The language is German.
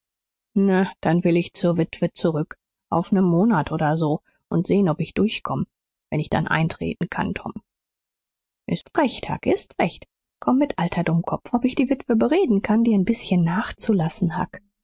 na dann will ich zur witwe zurück auf nen monat oder so und sehn ob ich durchkomm wenn ich dann eintreten kann tom s ist recht huck ist recht komm mit alter dummkopf und ich will sehen ob ich die witwe bereden kann dir n bißchen nachzulassen huck